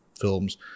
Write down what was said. films